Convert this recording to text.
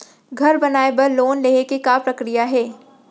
घर बनाये बर लोन लेहे के का प्रक्रिया हे?